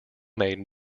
made